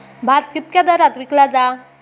भात कित्क्या दरात विकला जा?